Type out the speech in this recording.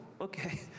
okay